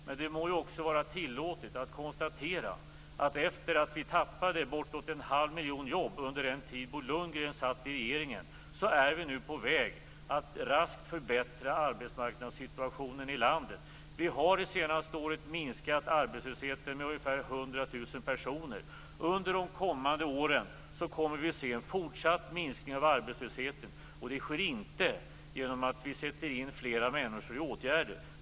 Men det må ju också vara tillåtet att konstatera att efter att vi tappade bortåt en halv miljon jobb under den tid då Bo Lundgren satt i regeringen, är vi nu på väg att raskt förbättra arbetsmarknadssituationen i landet. Vi har det senaste året minskat arbetslösheten med ungefär 100 000 personer. Under de kommande åren kommer vi att se en fortsatt minskning av arbetslösheten. Och det sker inte genom att vi sätter fler människor i åtgärder.